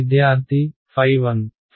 విద్యార్థిɸ1